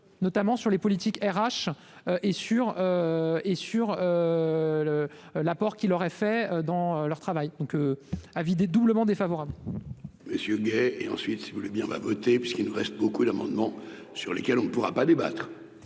notamment sur les politiques RH. Et sur et sur le l'apport qu'il l'aurait fait dans leur travail, donc à vider doublement défavorable. Messieurs et ensuite, si vous voulez bien, on va voter puisqu'il reste beaucoup d'amendements sur lesquels on ne pourra pas débattre.